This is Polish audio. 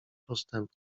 postępku